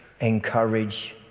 encourage